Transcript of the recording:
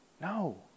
No